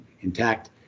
intact